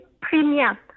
premium